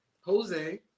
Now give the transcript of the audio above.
Jose